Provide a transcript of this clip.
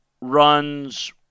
runs